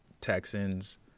Texans